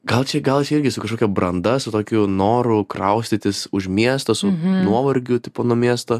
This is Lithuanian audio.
gal čia gal čia irgi su kažkokia branda su tokiu noru kraustytis už miesto su nuovargiu tipo nuo miesto